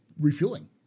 refueling